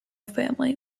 family